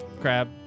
crab